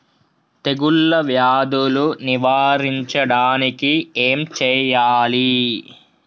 తెగుళ్ళ వ్యాధులు నివారించడానికి ఏం చేయాలి?